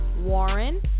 Warren